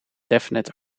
definite